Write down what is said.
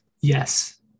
yes